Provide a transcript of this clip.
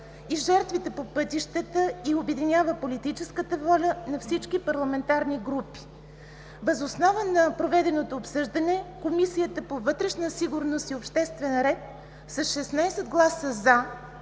и жертвите на пътя и обединява политическата воля на всички парламентарни групи. Въз основа на проведеното обсъждане Комисията по вътрешна сигурност и обществен ред с 16 гласа –